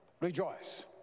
Rejoice